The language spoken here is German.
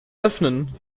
öffnen